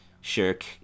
shirk